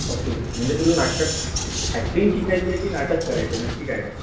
okay म्हणजे तुला नाटकात ॲक्टिंग शिकायची आहे की नाटक करायचं आहे नक्की काय करायचं